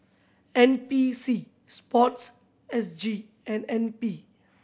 N P C Sport S G and N P